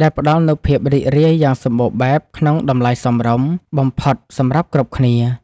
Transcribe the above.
ដែលផ្ដល់នូវភាពរីករាយយ៉ាងសម្បូរបែបក្នុងតម្លៃសមរម្យបំផុតសម្រាប់គ្រប់គ្នា។